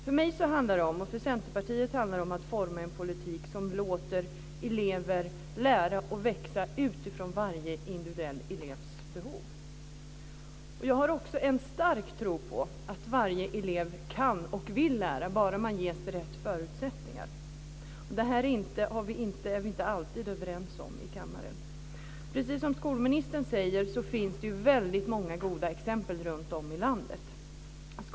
För mig och Centerpartiet handlar det om att forma en politik som låter elever lära och växa utifrån varje individuell elevs behov. Jag har också en starkt tro på att varje elev kan och vill lära bara man ges rätt förutsättningar. Det här är vi inte alltid överens om i kammaren. Precis som skolministern säger finns det väldigt många goda exempel runtom i landet.